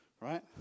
Right